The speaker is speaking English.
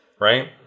Right